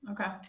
Okay